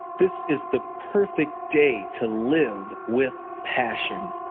this is the perfect day to live with passion.